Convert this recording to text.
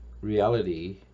reality